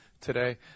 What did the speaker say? today